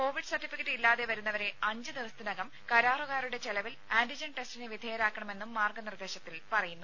Covid certificate ഇല്ലാതെ വരുന്നവരെ അഞ്ച് ദിവസത്തിനകം കരാറുകാരുടെ ചെലവിൽ ആന്റിജൻ ടെസ്റ്റിന് വിധേയരാക്കണമെന്നും മാർഗ്ഗ നിർദ്ദേശത്തിൽ പറയുന്നു